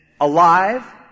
alive